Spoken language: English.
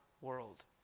world